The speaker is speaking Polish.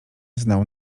znał